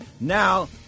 now